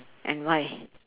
and why